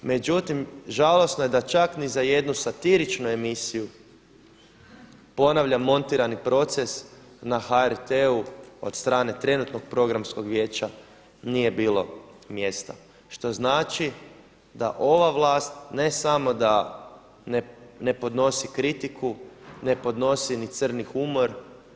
Međutim žalosno je da čak ni za jednu satiričnu emisiju, ponavljam montirani proces na HRT-u od strane trenutnog programskog vijeća nije bilo mjesta znači da ova vlast ne samo da ne podnosi kritiku, ne podnosi ni crni humor.